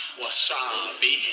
wasabi